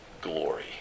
glory